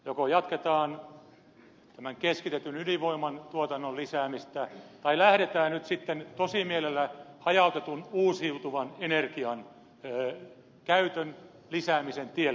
joko jatketaan tämän keskitetyn ydinvoimatuotannon lisäämistä tai lähdetään nyt sitten tosimielellä hajautetun uusiutuvan energian käytön lisäämisen tielle